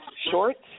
shorts